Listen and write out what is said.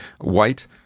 white